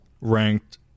ranked